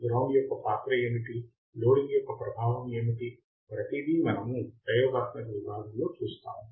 ground యొక్క పాత్ర ఏమిటి లోడింగ్ యొక్క ప్రభావం ఏమిటి ప్రతిదీ మనము ప్రయోగాత్మక విభాగంలో చూస్తాము